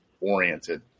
oriented